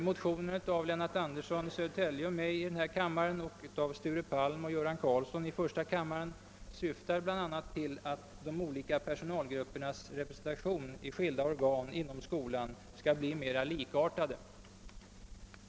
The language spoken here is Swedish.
Motionen av Lennart Andersson i Södertälje och mig i denna kammare och av Sture Palm och Göran Karlsson i första kammaren syftar bl.a. till att de olika personalgruppernas representation i skilda organ inom skolan skall bli mera likartad.